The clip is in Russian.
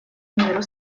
миру